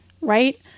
Right